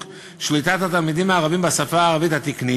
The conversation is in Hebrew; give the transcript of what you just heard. שליטת התלמידים הערבים בשפה הערבית התקנית,